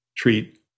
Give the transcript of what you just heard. treat